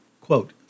quote